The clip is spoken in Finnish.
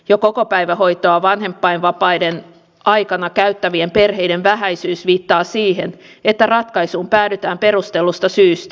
jo kokopäivähoitoa vanhempainvapaiden aikana käyttävien perheiden vähäisyys viittaa siihen että ratkaisuun päädytään perustellusta syystä